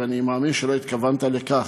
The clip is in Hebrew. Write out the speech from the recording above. ואני מאמין שלא התכוונת לכך.